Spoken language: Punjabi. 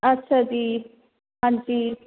ਅੱਛਾ ਜੀ ਹਾਂਜੀ